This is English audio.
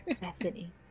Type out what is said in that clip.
Bethany